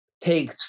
take